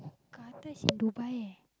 Qatar is in Dubai eh